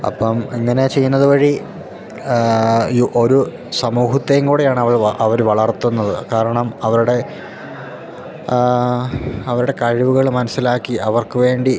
അപ്പോള് ഇങ്ങനെ ചെയ്യുന്നതു വഴി യു ഒരു സമൂഹത്തെയും കൂടെയാണവര് അവര് വളർത്തുന്നത് കാരണം അവരുടെ അവരുടെ കഴിവുകള് മനസ്സിലാക്കി അവർക്കു വേണ്ടി